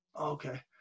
Okay